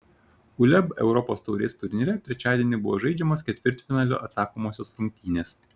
uleb europos taurės turnyre trečiadienį buvo žaidžiamos ketvirtfinalio atsakomosios rungtynės